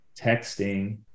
texting